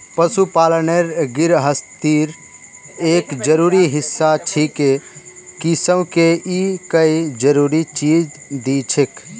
पशुपालन गिरहस्तीर एक जरूरी हिस्सा छिके किसअ के ई कई जरूरी चीज दिछेक